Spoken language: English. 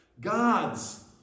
God's